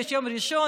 יום ראשון,